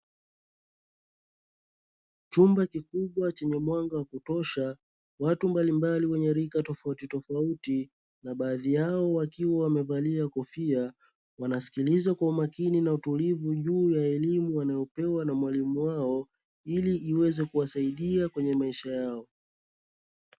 Chumba kikubwa chenye mwanga wa kutosha watu mbalimbali, wenye rika tofauti tofauti na baadhi wao wakiwa wamevalia kofia wanasikiliza kwa makini na utulivu juu ya elimu wanayopewa na mwalimu wao ili iweze kuwasaidia kwenye maisha yao.